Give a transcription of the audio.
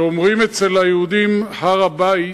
כשאומרים אצל היהודים "הר-הבית",